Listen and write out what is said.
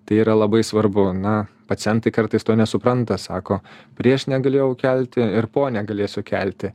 tai yra labai svarbu na pacientai kartais to nesupranta sako prieš negalėjau kelti ir po negalėsiu kelti